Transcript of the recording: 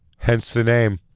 hence the name,